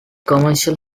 commercial